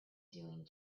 doing